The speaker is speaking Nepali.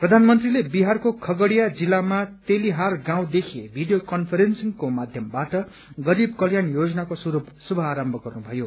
प्रधानमन्त्रीलेबिहारको खगढ़िया जिल्लामा तेलिहार गाँउदेखि भीडियो कन्फ्रेसिंगको माध्यमबाट गरीब कल्याण योजनाको शुभारम्म गर्नुषयो